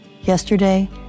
Yesterday